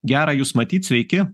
gera jus matyt sveiki